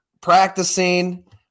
practicing